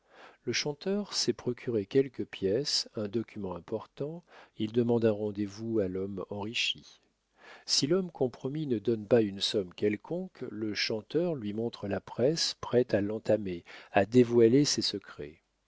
le chanteur s'est procuré quelque pièce un document important il demande un rendez-vous à l'homme enrichi si l'homme compromis ne donne pas une somme quelconque le chanteur lui montre la presse prête à l'entamer à dévoiler ses secrets